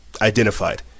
identified